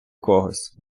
когось